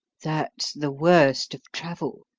that's the worst of travel.